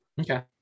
Okay